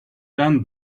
done